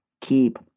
keep